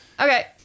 Okay